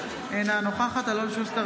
אינה נוכחת אלון שוסטר,